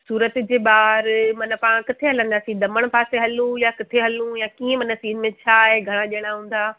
सूरत जे ॿाहिरि माना पाण किथे हलंदासी दमन पासे हलूं या किथे हलूं त कीअं माना सिन में छा आहे घणा ॼणा हूंदा